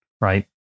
right